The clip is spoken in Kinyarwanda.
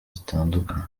zitandukanye